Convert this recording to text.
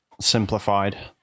simplified